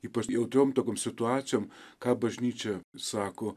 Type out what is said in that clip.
ypač jautriom tokiom situacijom ką bažnyčia sako